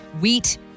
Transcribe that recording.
wheat